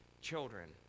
Children